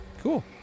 Cool